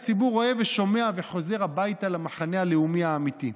הציבור רואה ושומע וחוזר הביתה למחנה הלאומי האמיתי.